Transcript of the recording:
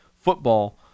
football